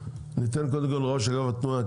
ניתן קודם כול לראש אגף התנועה,